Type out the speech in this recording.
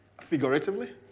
Figuratively